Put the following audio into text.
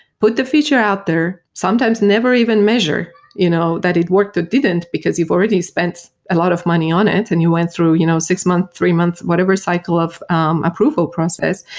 put the feature out there. sometimes never even measure you know that it worked or didn't, because you've already spent a lot of money on it and you went through you know six months, three months, whatever cycle of um approval process.